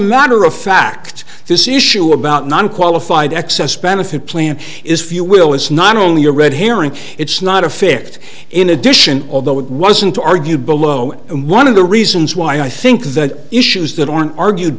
matter of fact this issue about non qualified excess benefit plan is few will it's not only a red herring it's not a fit in addition although it wasn't to argue below and one of the reasons why i think the issues that aren't argued